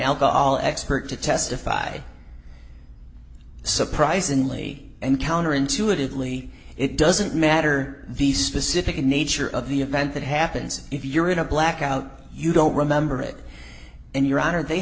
alcohol expert to testify surprisingly and counterintuitively it doesn't matter the specific nature of the event that happens if you're in a blackout you don't remember it and your honor they